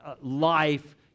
life